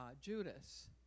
Judas